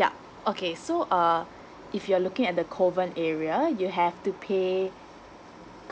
yup okay so uh if you're looking at the kovan area you have to pay